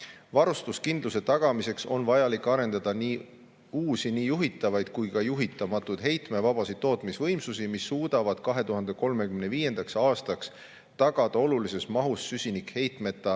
"Varustuskindluse tagamiseks on vajalik arendada uusi nii juhitavaid kui ka juhitamatuid heitme vabasid tootmisvõimsusi, mis suudavad 2035. aastaks tagada olulises mahus süsinikheitmeta